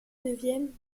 neuvième